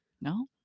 no